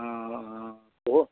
অঁ অঁ হ'ব